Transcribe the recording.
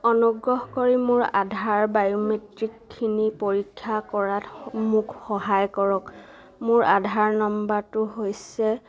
অনুগ্ৰহ কৰি মোৰ আধাৰ বায়োমেট্ৰিকখিনি পৰীক্ষা কৰাত মোক সহায় কৰক মোৰ আধাৰ নাম্বাৰটো হৈছে